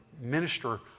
minister